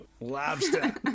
Lobster